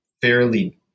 fairly